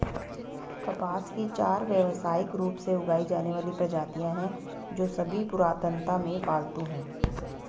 कपास की चार व्यावसायिक रूप से उगाई जाने वाली प्रजातियां हैं, जो सभी पुरातनता में पालतू हैं